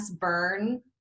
burn